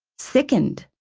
sickened.